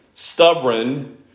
stubborn